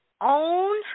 own